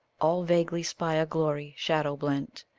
all vaguely spy a glory shadow-blent,